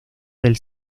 del